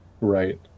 Right